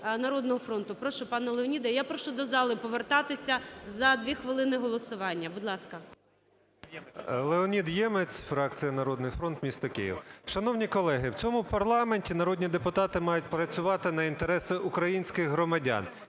"Народного фронту". Прошу, пане Леоніде. Я прошу до зали повертатися. За 2 хвилини голосування. Будь ласка. 17:35:53 ЄМЕЦЬ Л.О. Леонід Ємець, фракція "Народний фронт", місто Київ. Шановні колеги, в цьому парламенті народні депутати мають працювати на інтереси українських громадян.